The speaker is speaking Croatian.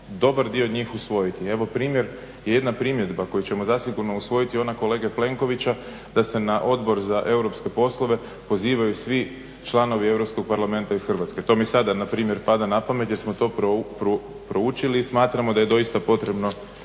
dobar dio njih usvojiti. Evo primjer je jedna primjedba koju ćemo zasigurno usvojiti ona kolege Plenkovića, da se na Odbor za europske poslove pozivaju svi članovi Europskog parlamenta iz Hrvatske. To mi sada na primjer pada na pamet jer smo to proučili i smatramo da je doista potrebno